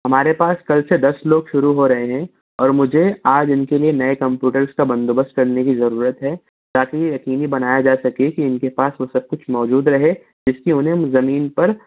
ہمارے پاس کل سے دس لوگ شروع ہو رہے ہیں اور مجھے آج اِن کے لیے نئے کمپیوٹرس کا بندوبست کرنے کی ضرورت ہے تاکہ یہ یقینی بنایا جا سکے کہ اِن کے پاس وہ سب کچھ موجود رہے جس کی اُنہیں زمین پر